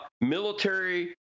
military